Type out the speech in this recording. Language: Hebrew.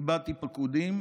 איבדתי פקודים,